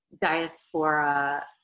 diaspora